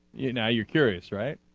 you know you carry it right